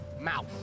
Mouse